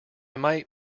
might